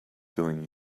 doing